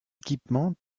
équipements